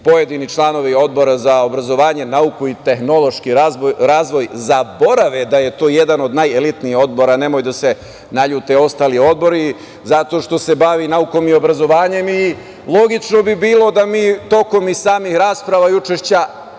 pojedini članovi Odbora za obrazovanje, nauku i tehnološki razvoj zaborave da je to jedan od najelitnijih odbora, nemoj da se naljute ostali odbori, zato što se bavi naukom i obrazovanjem i logično bi bilo da mi tokom i samih rasprava i učešća